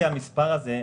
המספר הזה,